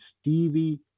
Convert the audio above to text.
Stevie